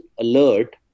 alert